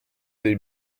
dei